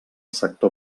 sector